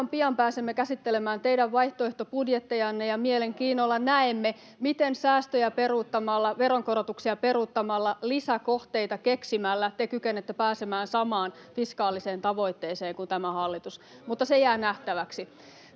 pian pääsemme käsittelemään teidän vaihtoehtobudjettejanne, ja mielenkiinnolla näemme, miten säästöjä peruuttamalla, veronkorotuksia peruuttamalla, lisäkohteita keksimällä te kykenette pääsemään samaan fiskaaliseen tavoitteeseen kuin tämä hallitus. Se jää nähtäväksi.